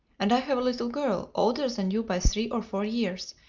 and i have a little girl, older than you by three or four years,